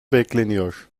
bekleniyor